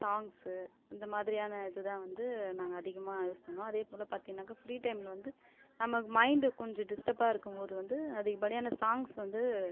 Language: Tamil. சாங்ஸ்சு இந்த மாதிரியான இது தான் வந்து நான் அதிகமாக யூஸ் பண்ணுவன் அதே போல் பார்த்தீங்கனாக்கா ஃப்ரீ டைமில் வந்து நம்ம மைண்ட் கொஞ்சம் டிஸ்டப்பாக இருக்கும் போது வந்து அதிகப்படியான சாங்ஸ் வந்து